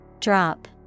Drop